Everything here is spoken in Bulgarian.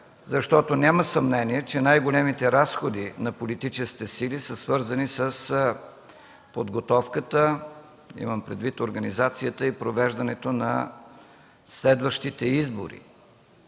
защото няма съмнение, че най-големите разходи на политическите сили са свързани с подготовката, имам предвид организацията и провеждането, на следващите избори.